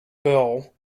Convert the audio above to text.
bill